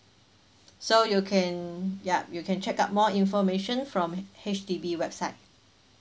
so you can yup you can check up more information from H_D_B website